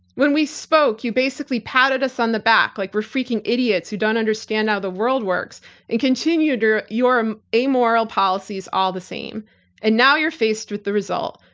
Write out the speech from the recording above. when we spoke you basically patted us on the back like we're freaking idiots who don't understand how the world works and continue your your um amoral policies all the same and now you're faced with the result.